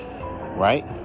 right